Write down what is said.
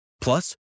Plus